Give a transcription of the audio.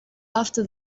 after